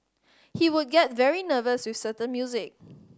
he would get very nervous with certain music